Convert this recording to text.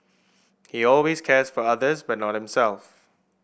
he always cares for others but not himself